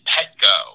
Petco